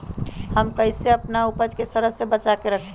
हम कईसे अपना उपज के सरद से बचा के रखी?